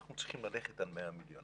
אנחנו צריכים ללכת על 100 מיליון שקל.